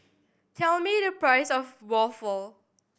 tell me the price of waffle